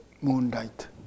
Moonlight